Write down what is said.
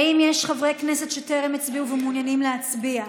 האם יש חברי כנסת שטרם הצביעו ומעוניינים להצביע?